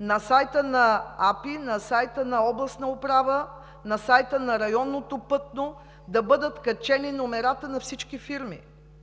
на сайта на АПИ, на сайта на Областна управа, на сайта на Районното пътно управление да бъдат качени номерата на всички фирми.